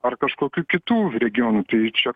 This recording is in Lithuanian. ar kažkokių kitų regionų tai čia